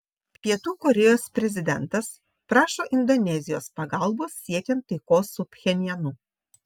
pietų korėjos prezidentas prašo indonezijos pagalbos siekiant taikos su pchenjanu